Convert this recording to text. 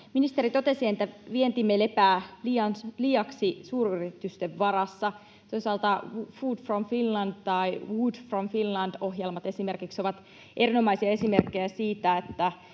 Ministeri totesi, että vientimme lepää liiaksi suuryritysten varassa. Toisaalta Food from Finland- ja Wood from Finland ‑ohjelmat ovat erinomaisia esimerkkejä siitä,